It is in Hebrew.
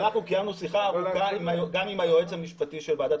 אנחנו קיימנו שיחה ארוכה גם עם היועץ המשפטי של ועדת